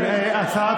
הצעת